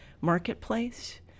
Marketplace